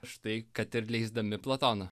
štai kad ir leisdami platoną